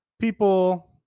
People